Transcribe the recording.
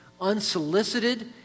Unsolicited